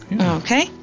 Okay